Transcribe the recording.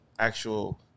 Actual